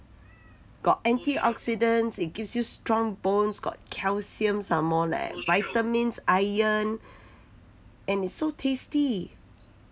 got antioxidants it gives you strong bones got calcium somemore leh vitamins iron and it's so tasty